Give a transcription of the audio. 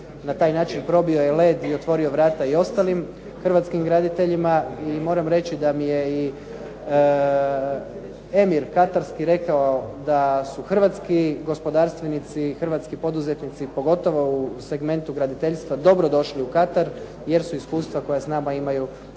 na taj način probio je led i otvorio vrata i ostalim hrvatskim graditeljima i moram reći da mi je i emir katarski rekao da su hrvatski gospodarstvenici i hrvatski poduzetnici, pogotovo u segmentu graditeljstva, dobrodošli u Katar jer su iskustva koja s nama imaju